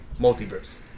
multiverse